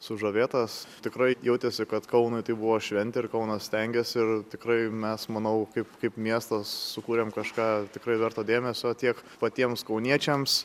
sužavėtas tikrai jautėsi kad kaunui tai buvo šventę ir kaunas stengias ir tikrai mes manau kaip kaip miestas sukūrėm kažką tikrai verto dėmesio tiek patiems kauniečiams